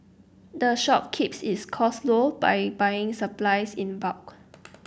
the shop keeps its costs low by buying its supplies in bulk